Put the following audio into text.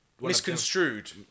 misconstrued